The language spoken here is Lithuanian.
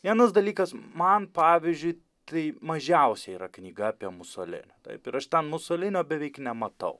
vienas dalykas man pavyzdžiui tai mažiausiai yra knyga apie musolinį taip ir aš ten musolinio beveik nematau